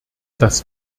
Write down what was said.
das